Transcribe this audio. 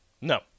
No